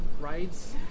rides